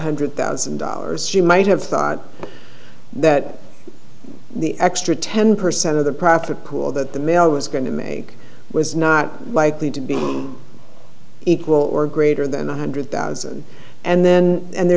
hundred thousand dollars she might have thought that the extra ten percent of the profit pool that the male was going to make was not likely to be equal or greater than one hundred thousand and then and